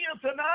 tonight